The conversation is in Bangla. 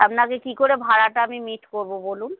আপনাকে কী করে ভাড়াটা আমি মিট করবো বলুন